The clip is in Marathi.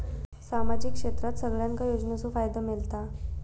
सामाजिक क्षेत्रात सगल्यांका योजनाचो फायदो मेलता?